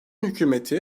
hükümeti